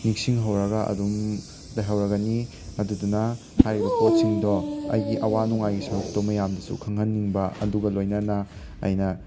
ꯅꯤꯡꯁꯤꯡꯍꯧꯔꯒ ꯑꯗꯨꯝ ꯂꯩꯍꯧꯔꯒꯅꯤ ꯑꯗꯨꯗꯨꯅ ꯍꯥꯏꯔꯤꯕ ꯄꯣꯠꯁꯤꯡꯗꯣ ꯑꯩꯒꯤ ꯑꯋꯥ ꯅꯨꯡꯉꯥꯏ ꯁꯔꯨꯛꯇꯣ ꯃꯌꯥꯝꯗꯁꯨ ꯈꯪꯍꯟꯅꯤꯡꯕ ꯑꯗꯨꯒ ꯂꯣꯏꯅꯅ ꯑꯩꯅ